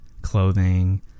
clothing